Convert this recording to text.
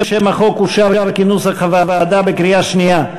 שם החוק אושר כנוסח הוועדה בקריאה שנייה.